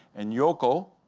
and yoco,